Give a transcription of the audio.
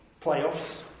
playoffs